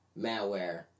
malware